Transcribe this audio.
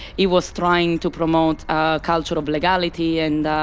he was trying to promote a culture of legality and